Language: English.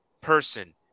person